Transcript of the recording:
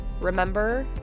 remember